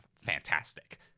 fantastic